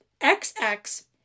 XX